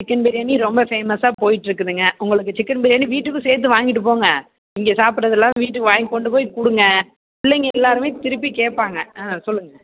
chicken biryani ரொம்ப ஃபேமஸாக போயிட்டு இருக்குதுங்க உங்களுக்கு சிக்கன் பிரியாணி வீட்டுக்கும் சேர்த்து வாங்கிட்டு போங்க இங்கே சாப்பிடுகிறதெல்லாம் வீட்டுக்கு வாங்கி கொண்டு போய் கொடுங்க பிள்ளைங்க எல்லோருமே திருப்பி கேட்பாங்க ம் சொல்லுங்கள்